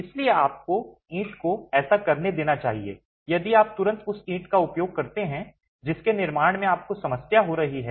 इसलिए आपको ईंट को ऐसा करने देना चाहिए यदि आप तुरंत उस ईंट का उपयोग करते हैं जिसके निर्माण में आपको समस्या हो रही है